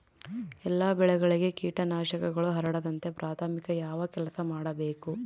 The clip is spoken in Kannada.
ಎಲ್ಲ ಬೆಳೆಗಳಿಗೆ ಕೇಟನಾಶಕಗಳು ಹರಡದಂತೆ ಪ್ರಾಥಮಿಕ ಯಾವ ಕೆಲಸ ಮಾಡಬೇಕು?